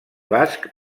basc